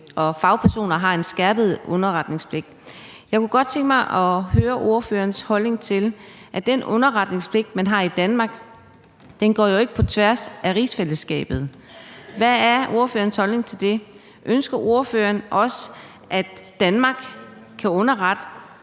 og fagpersoner har en skærpet underretningspligt. Jeg kunne godt tænke mig at høre ordførerens holdning til, at den underretningspligt, man har i Danmark, jo ikke går på tværs af rigsfællesskabet. Hvad er ordførerens holdning til det: Ønsker ordføreren også, at Danmark kan underrette